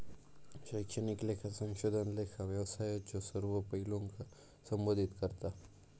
शैक्षणिक लेखा संशोधन लेखा व्यवसायाच्यो सर्व पैलूंका संबोधित करता